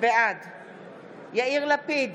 בעד יאיר לפיד,